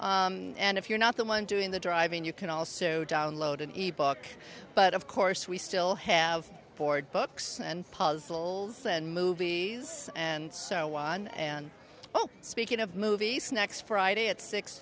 and if you're not the one doing the driving you can also download an e book but of course we still have board books and puzzles and movies and so on and oh speaking of movies next friday at six